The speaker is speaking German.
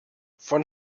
von